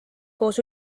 koos